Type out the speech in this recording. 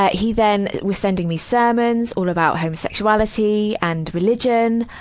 ah he then was sending me sermons all about homosexuality and religion.